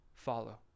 follow